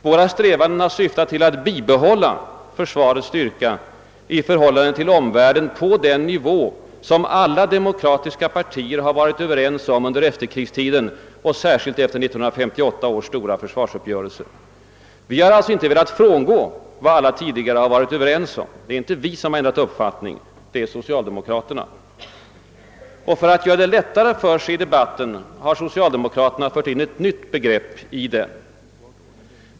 Våra strävanden har syftat till att bibehålla försvarets styrka i förhållande till omvärlden på den nivå, som alla de demokratiska partierna varit överens om under efterkrigstiden och särskilt efter 1958 års stora försvarsuppgörelse. Vi har alltså inte velat frångå vad alla tidigare varit överens om. Det är inte vi som har ändrat uppfattning utan socialdemokraterna. För att göra det lättare för sig i debatten har socialdemokraterna fört in ett nytt begrepp i den.